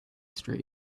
street